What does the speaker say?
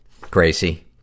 Gracie